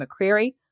McCreary